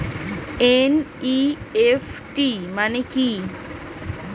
NEFT মানে কি?